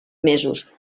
mesos